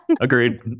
Agreed